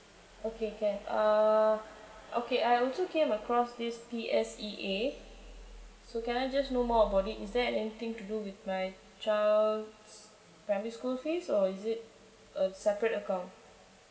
okay can uh okay I also came across this P_S_E_A so can I just know more about it is there anything to do with my child's primary school fees or is it a separate account